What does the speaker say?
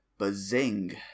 bazing